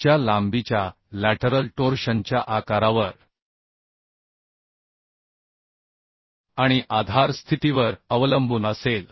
च्या लांबीच्या लॅटरल टोर्शनच्या आकारावर आणि आधार स्थितीवर अवलंबून असेल